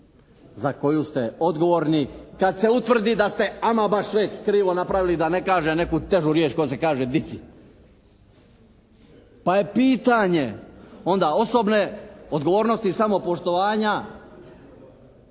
za koju ste odgovorni kad se utvrdi da ste ama baš sve krivo napravili, da ne kažem neku težu riječ koja se kaže … /Govornik se ne razumije./ … Pa je pitanje onda osobne odgovornosti i samopoštovanja